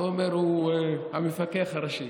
תומר הוא המפקח הראשי.